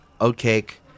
Oatcake